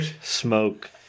Smoke